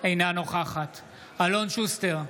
אינה נוכחת אלון שוסטר,